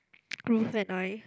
Ruth and I